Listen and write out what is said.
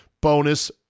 bonus